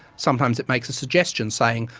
sometimes it makes a suggestion, saying,